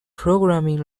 programming